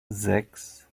sechs